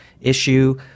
issue